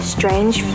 Strange